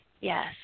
Yes